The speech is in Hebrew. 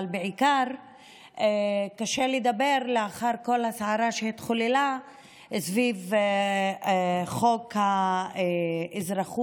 אבל בעיקר קשה לדבר לאחר כל הסערה שהתחוללה סביב חוק האזרחות,